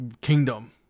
kingdom